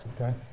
Okay